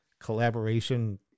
collaboration